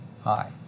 Hi